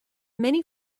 many